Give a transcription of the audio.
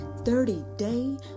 30-day